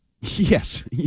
Yes